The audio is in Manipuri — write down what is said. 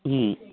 ꯎꯝ